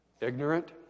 ignorant